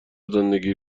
زندگی